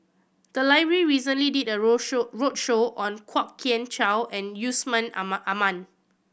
the library recently did a roadshow roadshow on Kwok Kian Chow and Yusman Aman